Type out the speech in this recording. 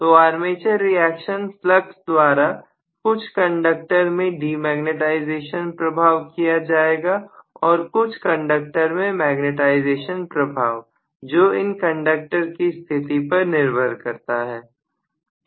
तो armature reaction flux द्वारा कुछ कंडक्टर मैं डिमैग्नेटाइजेशन प्रभाव किया जाएगा और कुछ कंडक्टर में मैग्नेटाइजिंग प्रभाव जो इन कंडक्टर की स्थिति पर निर्भर करता है